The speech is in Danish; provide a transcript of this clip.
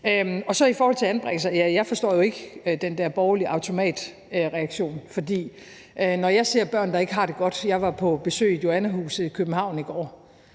det. I forhold til anbringelser vil jeg sige, at jeg jo ikke forstår den der borgerlige automatreaktion. For når jeg ser børn, der ikke har det godt – jeg var på besøg i Joannahuset i København i går